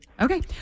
Okay